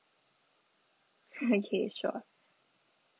okay sure